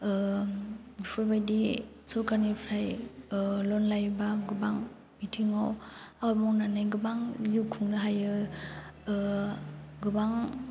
ओं बेफोरबायदि सरकारनिफ्राइ ओह लन लायोबा गोबां बिथिङाव आबाद मावनानै गोबां जिउ खुंनो हायो ओह गोबां